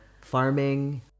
farming